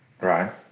Right